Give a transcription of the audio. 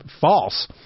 false